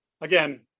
again